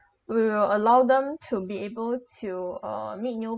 will will allow them to be able to uh meet new